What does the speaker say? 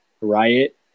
Riot